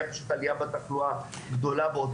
היה פשוט עלייה בתחלואה, גדולה באותה כיתה.